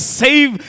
save